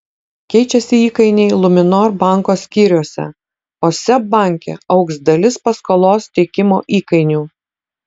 keičiasi įkainiai luminor banko skyriuose o seb banke augs dalis paskolos teikimo įkainių